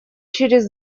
через